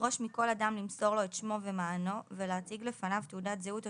(1)לדרוש מכל אדם למסור לו את שמו ומענו ולהציג לפניו תעודת זהות או